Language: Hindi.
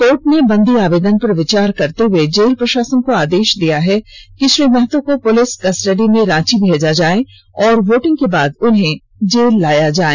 कोर्ट ने बंदी आवेदन पर विचार करते हुए जेल प्रशासन को आदेश दिया है कि श्री महतो को पुलिस कस्टडी में रांची भेजा जाए और वोटिंग के बाद वापस उन्हें जेल लाया जाए